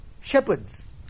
shepherds